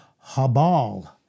habal